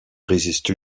résiste